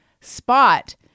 spot